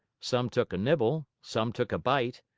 some took a nibble, some took a bite,